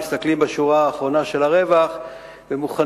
הם מסתכלים בשורה האחרונה של הרווח ומוכנים